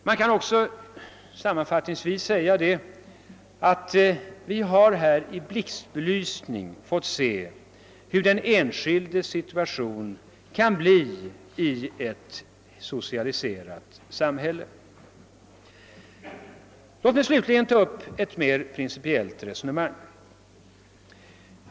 Man kan sammanfattningsvis också säga att vi nu i blixtbelysning fått se hurudan den enskildes situation ka bli i ett socialiserat samhälle. Låt mig slutligen ta upp ett mer principiellt resonemang.